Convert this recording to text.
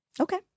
Okay